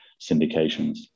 syndications